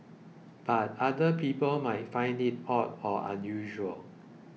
but other people might find it odd or unusual